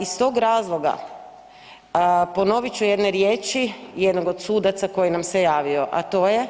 Iz tog razloga ponovit ću jedne riječi jednog od sudaca koji nam se javio, a to je